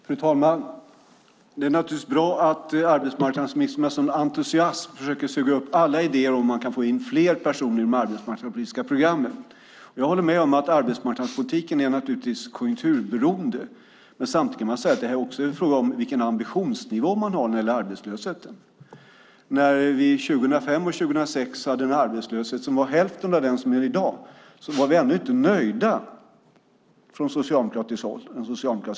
Fru talman! Det är naturligtvis bra att arbetsmarknadsministern med sådan entusiasm försöker suga upp alla idéer om hur man kan få in fler personer i de arbetsmarknadspolitiska programmen. Jag håller med om att arbetsmarknadspolitik naturligtvis är konjunkturberoende, men samtidigt är det en fråga om vilken ambitionsnivå man har när det gäller arbetslösheten. När vi 2005 och 2006 hade en arbetslöshet som var hälften av den vi har i dag var vi i den socialdemokratiska regeringen ändå inte nöjda.